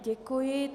Děkuji.